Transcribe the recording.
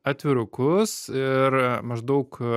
atvirukus ir maždaug